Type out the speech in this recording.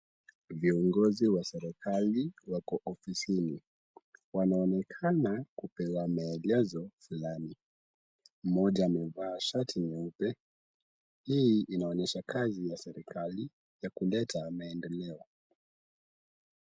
Viongozi wa serikali wako ofisini. Wanaonekana kupewa maelezo fulani. Mmoja amevaa shati nyeupe. Hii inaonyesha kazi ya serikali ya kuleta maendeleo.